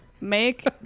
Make